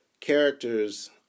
characters